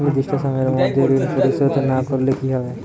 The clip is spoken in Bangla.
নির্দিষ্ট সময়ে মধ্যে ঋণ পরিশোধ না করলে কি হবে?